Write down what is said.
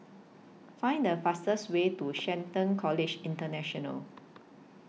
Find The fastest Way to Shelton College International